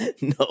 No